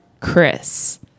Chris